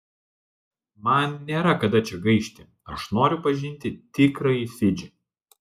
man nėra kada čia gaišti aš noriu pažinti tikrąjį fidžį